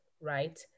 right